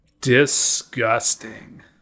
Disgusting